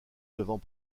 devant